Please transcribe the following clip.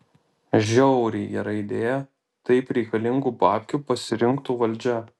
žiauriai gera idėja taip reikalingų babkių pasirinktų valdžia